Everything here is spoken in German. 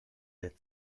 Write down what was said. der